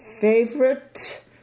favorite